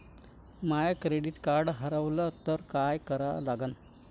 माय credit card हारवलं तर काय करा लागन?